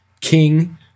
king